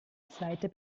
zweite